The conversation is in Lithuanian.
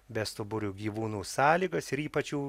bestuburių gyvūnų sąlygas ir ypač jų